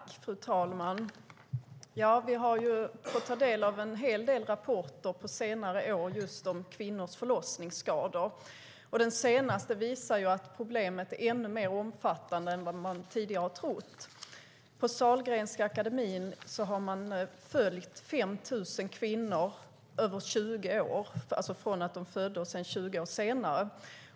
Fru talman! Vi har fått ta del av en hel del rapporter på senare år om just kvinnors förlossningsskador. Den senaste visar att problemet är ännu mer omfattande än vad man tidigare trott. På Sahlgrenska akademien har man följt 5 000 kvinnor över 20 år, det vill säga från att de födde och 20 år senare.